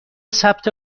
ثبت